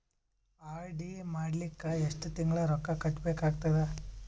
RD ಮಾಡಲಿಕ್ಕ ಎಷ್ಟು ತಿಂಗಳ ರೊಕ್ಕ ಕಟ್ಟಬೇಕಾಗತದ?